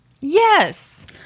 Yes